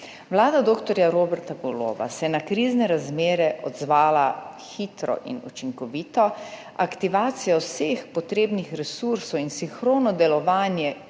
Vlada dr. Roberta Goloba se je na krizne razmere odzvala hitro in učinkovito, aktivacija vseh potrebnih resursov in sinhrono delovanje